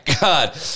God